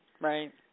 right